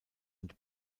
und